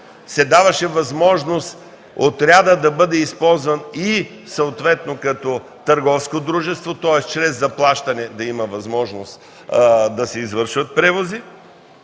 се даваше възможност отрядът да бъде използван съответно и като търговско дружество, тоест чрез заплащане да има възможност да се извършват превози